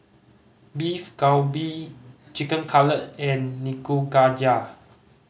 Beef Galbi Chicken Cutlet and Nikujaga